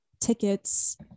tickets